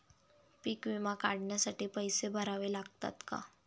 पीक विमा काढण्यासाठी पैसे भरावे लागतात का?